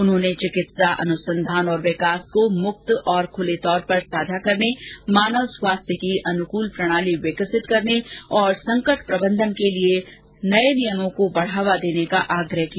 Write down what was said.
उन्होंने चिकित्सा अनुसंधान और विकास को मुक्त और खूले तौर पर साझा करने मानव स्वास्थ्य की अनुकूल प्रणाली विकसित करने और संकट प्रबंधन के नए नियमों को बढावा देने का आग्रह किया